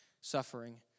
suffering